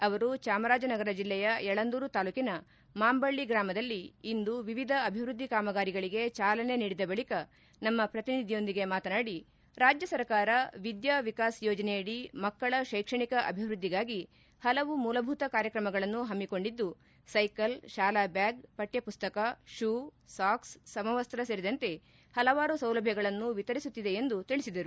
ಅವರು ಚಾಮರಾಜನಗರ ಜಿಲ್ಲೆಯ ಯಳಂದೂರು ತಾಲೂಕಿನ ಮಾಂಬಳ್ಳಿ ಗ್ರಾಮದಲ್ಲಿ ಇಂದು ವಿವಿಧ ಅಭಿವೃದ್ದಿ ಕಾಮಗಾರಿಗಳಿಗೆ ಚಾಲನೆ ನೀಡಿದ ಬಳಕ ನಮ್ಮ ಪ್ರತಿನಿಧಿಯೊಂದಿಗೆ ಮಾತನಾಡಿ ರಾಜ್ಯ ಸರ್ಕಾರ ವಿದ್ಯಾ ವಿಕಾಸ್ ಯೋಜನೆಯಡಿ ಮಕ್ಕಳ ಶೈಕ್ಷಣಿಕ ಅಭಿವೃದ್ಧಿಗಾಗಿ ಹಲವು ಮೂಲಭೂತ ಕಾರ್ಯಕ್ರಮಗಳನ್ನು ಹಮ್ಮಿಕೊಂಡಿದ್ದು ಸೈಕಲ್ ಶಾಲಾ ಬ್ಯಾಗ್ ಪಠ್ಠಮಸ್ತಕ ಷೂ ಸಾಕ್ಸ್ ಸಮವಸ್ತ ಸೇರಿದಂತೆ ಹಲವಾರು ಸೌಲಭ್ಯಗಳನ್ನು ವಿತರಿಸುತ್ತಿದೆ ಎಂದು ತಿಳಿಸಿದರು